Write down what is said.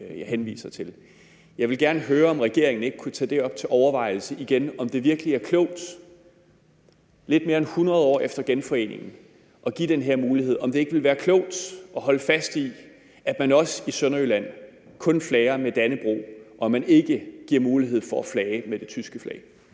Jeg vil gerne høre, om regeringen ikke kunne tage det op til overvejelse igen, om det virkelig er klogt lidt mere end 100 år efter genforeningen at give den her mulighed. Ville det ikke være klogt at holde fast i, at man også i Sønderjylland kun flager med Dannebrog og man ikke giver mulighed for at flage med det tyske flag?